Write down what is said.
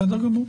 בסדר גמור.